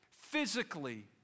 physically